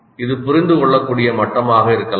இது புரிந்துகொள்ளக்கூடிய மட்டமாக இருக்கலாம்